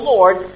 Lord